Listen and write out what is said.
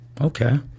okay